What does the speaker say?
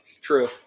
True